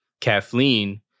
Kathleen